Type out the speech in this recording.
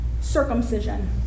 circumcision